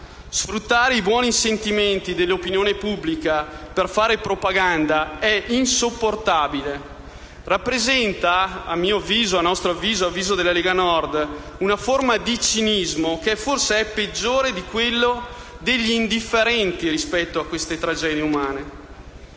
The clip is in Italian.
Sfruttare i buoni sentimenti dell'opinione pubblica per fare propaganda è insopportabile e rappresenta - ad avviso mio e della Lega Nord - una forma di cinismo che forse è peggiore di quella degli indifferenti rispetto a simili tragedie umane.